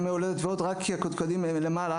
ימי הולדת ועוד רק כי הקדקודים למעלה,